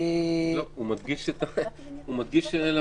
לא, הוא מדגיש לממשלה לא להתבלבל.